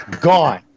gone